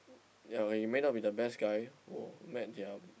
ya you may not be the best guy who met their